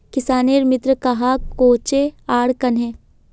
किसानेर मित्र कहाक कोहचे आर कन्हे?